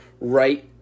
right